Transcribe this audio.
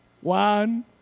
One